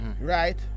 right